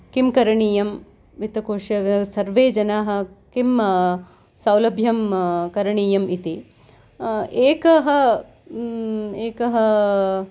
किं करणीयं वित्तकोश सर्वे जनाः किं सौलभ्यं करणीयम् इति एकः एकः